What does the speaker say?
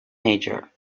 major